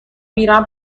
میرم